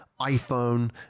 iPhone